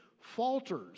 falters